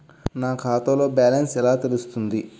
నా ఖాతాలో బ్యాలెన్స్ ఎలా తెలుస్తుంది?